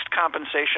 compensation